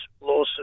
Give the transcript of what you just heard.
lawsuit